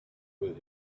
with